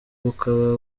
bakaba